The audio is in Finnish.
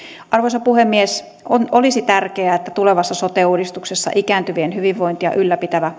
arvoisa puhemies olisi tärkeää että tulevassa sote uudistuksessa ikääntyvien hyvinvointia ylläpitävä